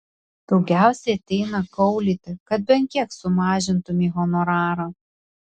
daugiausiai ateina kaulyti kad bent kiek sumažintumei honorarą